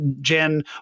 Jen